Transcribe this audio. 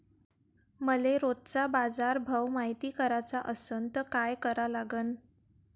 मले रोजचा बाजारभव मायती कराचा असन त काय करा लागन?